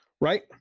right